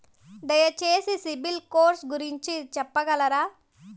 దయచేసి CIBIL score గురించి చెప్పగలరా?